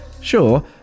sure